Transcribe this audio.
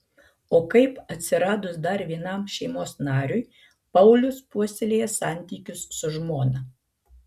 o kaip atsiradus dar vienam šeimos nariui paulius puoselėja santykius su žmona